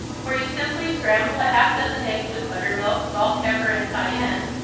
for you simply scramble a half-dozen eggs with butter, milk, salt, pepper and cayenne,